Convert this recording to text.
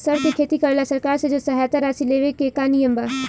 सर के खेती करेला सरकार से जो सहायता राशि लेवे के का नियम बा?